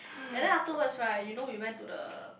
and then afterwards right you know your went to the